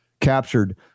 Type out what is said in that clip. captured